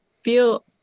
feel